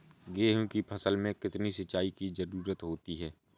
गेहूँ की फसल में कितनी सिंचाई की जरूरत होती है?